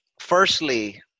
firstly